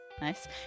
Nice